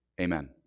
Amen